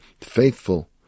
faithful